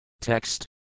Text